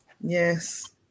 Yes